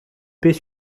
pet